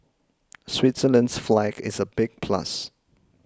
Switzerland's flag is a big plus